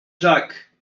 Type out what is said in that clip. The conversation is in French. jacques